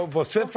você